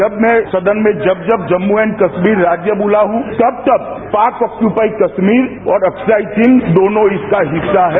जब मैं सदन में जब जब जम्मू एंड कश्मीर राज्य बोला हूं तब तब पाक ओकूपायी कश्मीर और ओक्सायी चीन दोनो इसका हिस्सा हैं